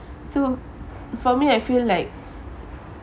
so for me I feel like